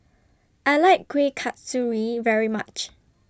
I like Kuih Kasturi very much